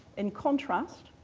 in contrast,